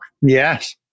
Yes